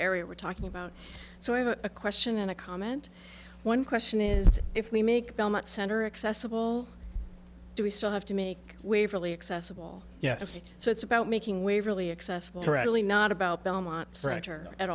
area we're talking about so i have a question and a comment one question is if we make belmont center accessible do we still have to make waverly accessible yes so it's about making waverly accessible readily not about belmont